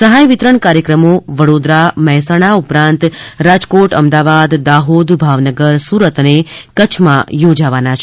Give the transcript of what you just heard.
સહાય વિતરણ કાર્યક્રમો વડોદરા અને મહેસાણા ઉપરાંત રાજકોટ અમદાવાદ દાહોદ ભાવનગર સુરત અને કચ્છમાં યોજાવાના છે